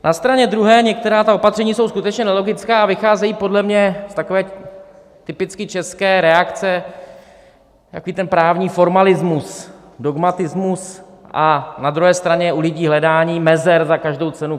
Na straně druhé některá ta opatření jsou skutečně nelogická a vycházejí podle mě takové ty typické české reakce, takový ten právní formalismus, dogmatismus a na druhé straně u lidí hledání mezer za každou cenu.